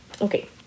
Okay